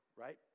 right